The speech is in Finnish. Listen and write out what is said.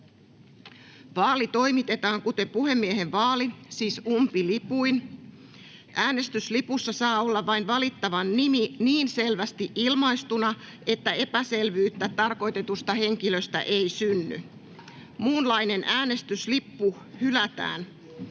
Vaali toimitetaan kuten puhemiehen vaali, siis umpilipuin. Äänestyslipussa saa olla vain valittavan nimi niin selvästi ilmaistuna, että epäselvyyttä tarkoitetusta henkilöstä ei synny. Muunlainen äänestyslippu hylätään.